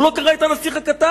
הוא לא קרא את "הנסיך הקטן".